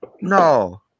no